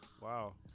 wow